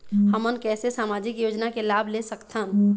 हमन कैसे सामाजिक योजना के लाभ ले सकथन?